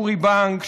אורי בנק,